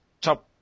top